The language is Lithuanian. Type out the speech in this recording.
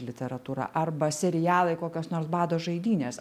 literatūra arba serialai kokios nors bado žaidynės